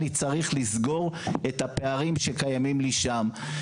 אני צריך לסגור את הפערים שקיימים לי שם.